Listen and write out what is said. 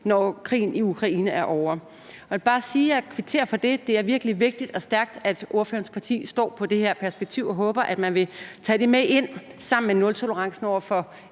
når krigen i Ukraine er ovre.« Jeg vil bare sige, at jeg kvitterer for det. Det er virkelig vigtigt og stærkt, at ordførerens parti står på det her perspektiv, og jeg håber, at man sammen med nultolerancen over for